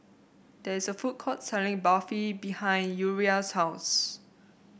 there is a food court selling Barfi behind Uriah's house